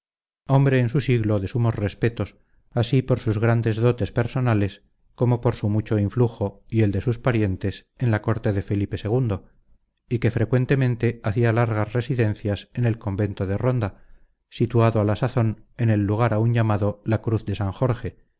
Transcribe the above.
hombre en su siglo de sumos respetos así por sus grandes dotes personales como por su mucho influjo y el de sus parientes en la corte de felipe ii y que frecuentemente hacía largas residencias en el convento de ronda situado a la sazón en el lugar aún llamado la cruz de san jorge